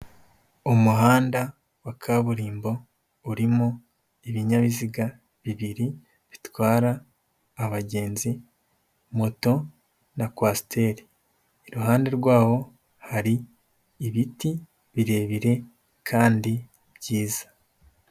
Umuhanda wa kaburimbo urimo ibinyabiziga bibiri bitwara abagenzi, moto na kwasiteri, iruhande rwawo hari ibiti birebire kandi byiza.